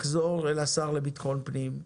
לחזור אל השר לביטחון פנים,